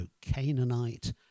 Canaanite